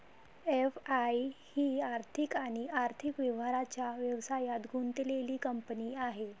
FI ही आर्थिक आणि आर्थिक व्यवहारांच्या व्यवसायात गुंतलेली कंपनी आहे